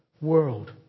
world